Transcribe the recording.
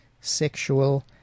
sexual